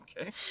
Okay